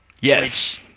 Yes